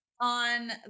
on